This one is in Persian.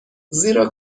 زیرا